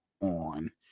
on